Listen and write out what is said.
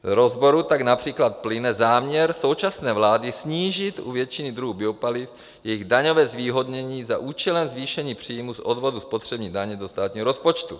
Z rozboru tak například plyne záměr současné vlády snížit u většiny druhů biopaliv jejich daňové zvýhodnění za účelem zvýšení příjmů z odvodu spotřební daně do státního rozpočtu.